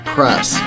Press